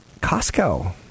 Costco